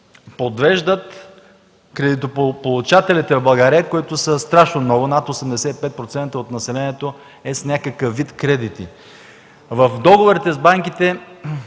подвеждат кредитополучателите в България, които са страшно много – над 85% от населението е с някакъв вид кредити. В договорите с банките